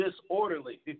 disorderly